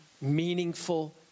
meaningful